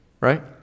right